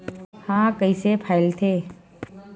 ह कइसे फैलथे?